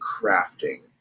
crafting